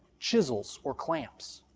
chisels, or clamps.